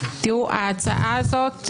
ההצעה הזאת,